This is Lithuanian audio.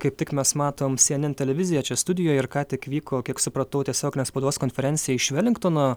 kaip tik mes matom sy en en televiziją čia studijoje ir ką tik vyko kiek supratau tiesioginė spaudos konferenciją iš velingtono